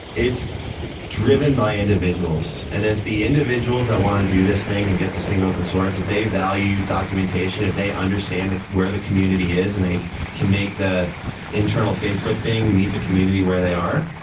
it's driven by individuals. and if the individuals that want to do this thing and get this thing open source, if they value documentation, if they understand where the community is and they can make the internal facebook thing, meet the community where they are,